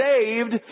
saved